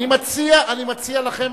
אני מציע לכם